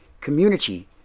community